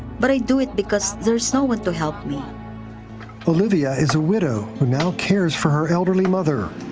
but i do it, because there's no one to help me olivia is a widow who now cares for her elderly mother.